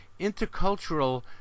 intercultural